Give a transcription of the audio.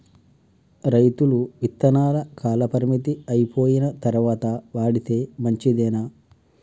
రైతులు విత్తనాల కాలపరిమితి అయిపోయిన తరువాత వాడితే మంచిదేనా?